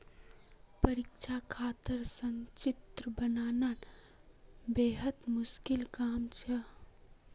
परीक्षात खातार संचित्र बनाना बेहद मुश्किल काम छ